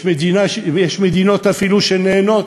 יש אפילו מדינות שנהנות